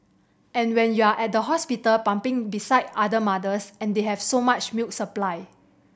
and when you're at the hospital pumping beside other mothers and they have so much milk supply